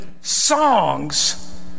songs